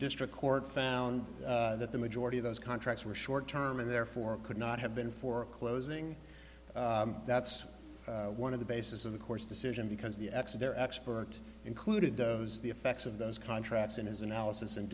district court found that the majority of those contracts were short term and therefore could not have been for a closing that's one of the basis of the court's decision because the exit their expert included those the effects of those contracts in his analysis and